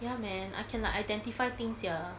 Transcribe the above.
ya man I can like identify things sia